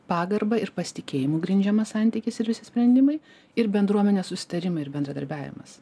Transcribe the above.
pagarba ir pasitikėjimu grindžiamas santykis ir visi sprendimai ir bendruomenės susitarimai ir bendradarbiavimas